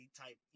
type